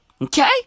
Okay